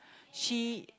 she